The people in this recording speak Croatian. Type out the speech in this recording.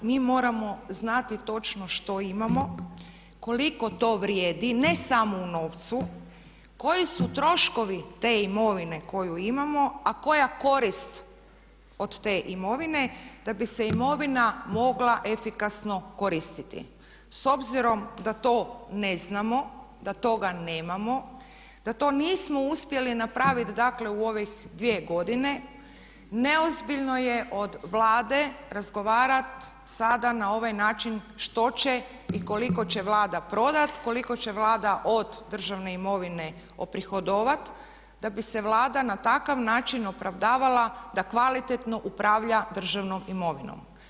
Mi moramo znati točno što imamo, koliko to vrijedi, ne samo u novcu, koji su troškovi te imovine koju imamo a koja korist od te imovine da bi se imovina mogla efikasno koristiti s obzirom da to ne znamo, da toga nemamo, da to nismo uspjeli napraviti, dakle u ovih 2 godine neozbiljno je od Vlade razgovarat sada na ovaj način što će i koliko će Vlada prodati, koliko će Vlada od države imovine oprihodovat da bi se Vlada na takav način opravdavala da kvalitetno upravlja državnom imovinom.